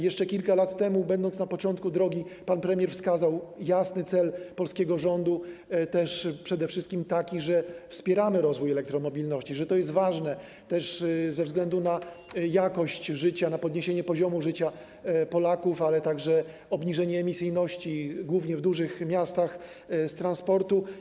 Jeszcze kilka lat temu, będąc na początku drogi, pan premier wskazał jasny cel polskiego rządu, przede wszystkim taki, że wspieramy rozwój elektromobilności, bo ważne jest to też ze względu na jakość życia, na podniesienie poziomu życia Polaków, a także obniżenie emisyjności, głównie w dużych miastach, transportu.